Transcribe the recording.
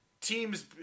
teams